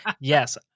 Yes